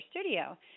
studio